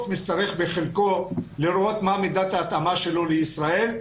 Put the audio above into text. נצטרך בחלקו לראות מה מידת ההתאמה שלו לישראל.